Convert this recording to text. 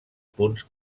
punts